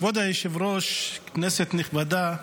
כבוד היושב-ראש, כנסת נכבדה,